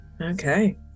Okay